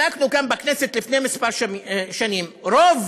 בדקנו כאן בכנסת לפני כמה שנים, רוב